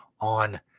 on